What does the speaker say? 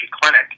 Clinic